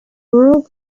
rural